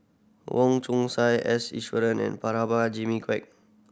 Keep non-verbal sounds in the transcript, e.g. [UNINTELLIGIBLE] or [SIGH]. Wong Chong Sai S [UNINTELLIGIBLE] and [UNINTELLIGIBLE] Jimmy Quek